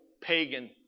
pagan